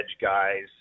guys